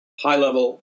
high-level